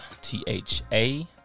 T-H-A